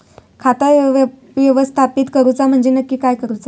खाता व्यवस्थापित करूचा म्हणजे नक्की काय करूचा?